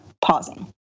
pausing